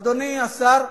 אדוני השר,